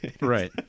Right